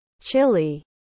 Chile